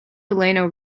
delano